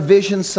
Vision